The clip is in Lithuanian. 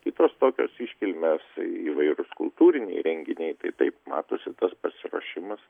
kitos tokios iškilmės įvairūs kultūriniai renginiai tai taip matosi tas pasiruošimas